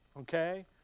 Okay